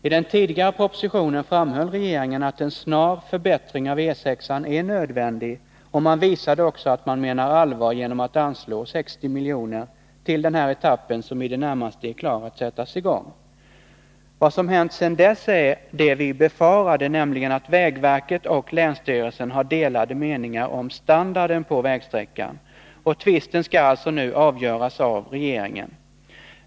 I den tidigare propositionen framhöll regeringen att en snar förbättring av E 6-an är nödvändig, och man visade också att man menade allvar genom att anslå 60 miljoner till den här etappen, som i det närmaste är klar att sättas i gång. Vad som hänt sedan dess är det vi befarade, nämligen att vägverket och länsstyrelsen har delade meningar om standarden på vägsträckan. och tvisten skall alltså nu avgöras av regeringen.